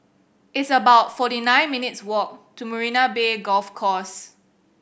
it's about forty nine minutes' walk to Marina Bay Golf Course